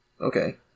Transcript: okay